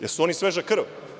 Jesu oni sveža krv?